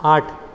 आठ